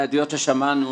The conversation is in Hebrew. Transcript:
העדויות ששמענו